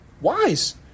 wise